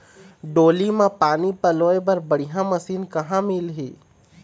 डोली म पानी पलोए बर बढ़िया मशीन कहां मिलही?